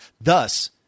Thus